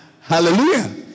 Hallelujah